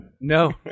No